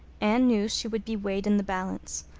anne knew she would be weighed in the balance.